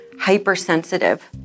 hypersensitive